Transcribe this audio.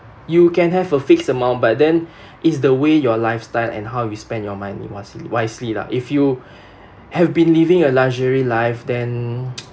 you can have a fixed amount but then it's the way your lifestyle and how you spend your money wisely wisely lah if you have been living a luxury life then